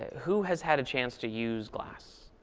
who has had a chance to use glass?